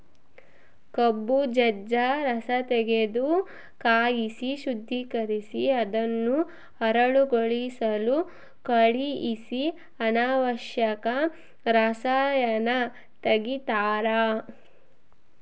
ಕಬ್ಬು ಜಜ್ಜ ರಸತೆಗೆದು ಕಾಯಿಸಿ ಶುದ್ದೀಕರಿಸಿ ಅದನ್ನು ಹರಳುಗೊಳಿಸಲು ಕಳಿಹಿಸಿ ಅನಾವಶ್ಯಕ ರಸಾಯನ ತೆಗಿತಾರ